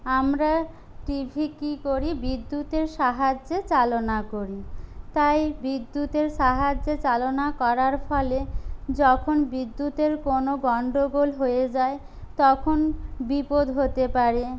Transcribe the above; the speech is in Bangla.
আমরা টিভি কী করি বিদ্যুতের সাহায্যে চালনা করি তাই বিদ্যুতের সাহায্যে চালনা করার ফলে যখন বিদ্যুতের কোনো গণ্ডগোল হয়ে যায় তখন বিপদ হতে পারে